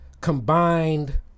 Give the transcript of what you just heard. combined